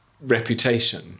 reputation